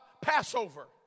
Passover